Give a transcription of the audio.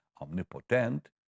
omnipotent